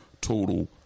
total